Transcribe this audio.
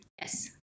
Yes